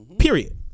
period